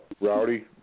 Rowdy